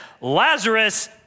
Lazarus